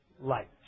light